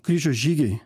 kryžiaus žygiai